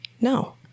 No